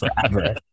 forever